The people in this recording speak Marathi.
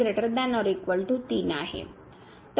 संबंध 3≤ϵ आहे